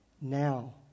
now